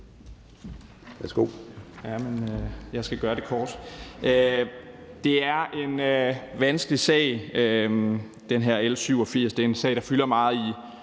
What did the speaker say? (DF): Jeg skal gøre det kort. L 87 er en vanskelig sag. Det er en sag, der fylder meget i